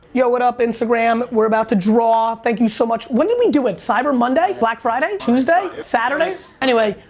yeah, what up instagram. we're about to draw, thank you so much. when did we do it, cyber monday? black friday, tuesday saturday? anyway,